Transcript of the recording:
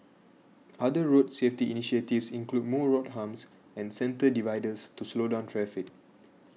other road safety initiatives include more road humps and centre dividers to slow down traffic